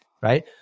right